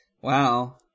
Wow